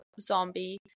zombie